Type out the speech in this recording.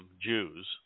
Jews